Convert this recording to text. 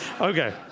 Okay